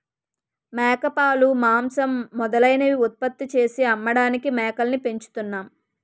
మేకపాలు, మాంసం మొదలైనవి ఉత్పత్తి చేసి అమ్మడానికి మేకల్ని పెంచుతున్నాం